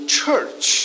church